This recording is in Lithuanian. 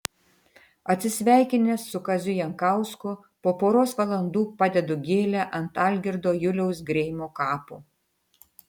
atsisveikinęs su kaziu jankausku po poros valandų padedu gėlę ant algirdo juliaus greimo kapo